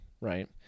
right